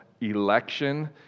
election